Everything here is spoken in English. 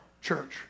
church